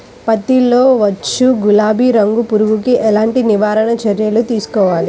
పత్తిలో వచ్చు గులాబీ రంగు పురుగుకి ఎలాంటి నివారణ చర్యలు తీసుకోవాలి?